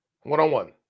One-on-one